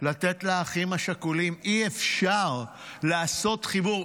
לתת לאחים השכולים, אי-אפשר לעשות חיבור.